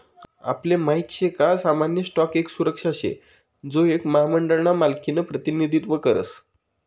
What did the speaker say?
आपले माहित शे का सामान्य स्टॉक एक सुरक्षा शे जो एक महामंडळ ना मालकिनं प्रतिनिधित्व करस